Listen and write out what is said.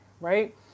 right